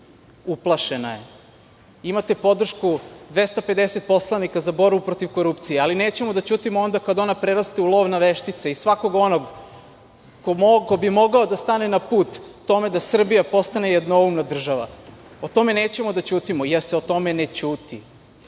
uplašena je. Imate podršku 250 poslanika za borbu protiv korupcije, ali nećemo da ćutimo onda kada ona preraste u lov na veštice i svakog onog ko bi mogao da stane na put tome da Srbija postane jednoumna država. O tome nećemo da ćutimo jer se o tome ne ćuti.